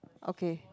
okay